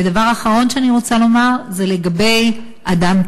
ודבר אחרון שאני רוצה לומר זה לגבי "אדם,